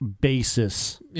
basis